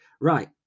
Right